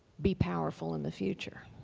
be powerful in the future.